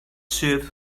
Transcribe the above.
served